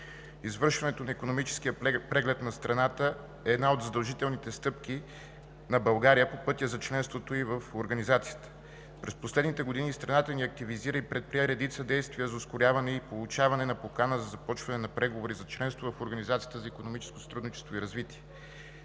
Извършването на икономическия преглед на страната е една от задължителните стъпки на България по пътя за членството ѝ в Организацията. През последните години страната ни активизира и предприе редица действия за ускоряване и получаване на покана за започване на преговори за членство в Организацията за икономическо сътрудничество и развитие.